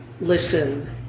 listen